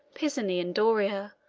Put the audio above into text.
pisani and doria,